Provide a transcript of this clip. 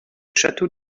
château